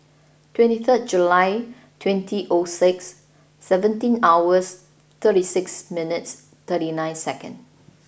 twenty third July twenty old six seventeen hours thirty six minutes thirty nine seconds